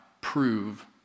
prove